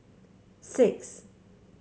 six